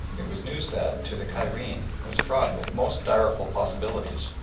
it was news that, to the cairene, was fraught with most direful possibilities,